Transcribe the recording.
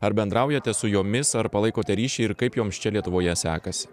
ar bendraujate su jomis ar palaikote ryšį ir kaip joms čia lietuvoje sekasi